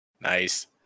Nice